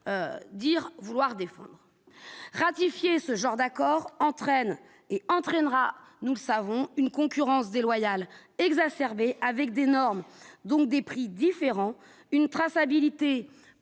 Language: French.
dire vouloir défendre ratifier ce genre d'accord entraîne et entraînera, nous le savons, une concurrence déloyale avec d'énormes, donc des prix différents, une traçabilité